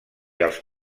els